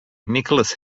nicholas